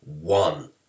one